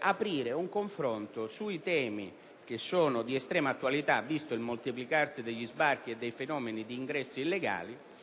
aprire un confronto sui temi di estrema attualità, visto il moltiplicarsi degli sbarchi e degli ingressi illegali